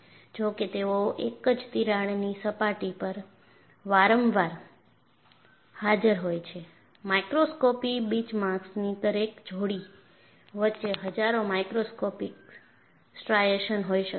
જો કે તેઓ એક જ તિરાડની સપાટી પર વારંવાર હાજર હોય છે માઈક્રોસ્કોપિક બીચમાર્ક્સની દરેક જોડી વચ્ચે હજારો માઇક્રોસ્કોપિક સ્ટ્રાઇશન્સ હોઈ શકે છે